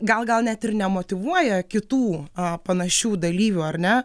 gal gal net ir nemotyvuoja kitų panašių dalyvių ar ne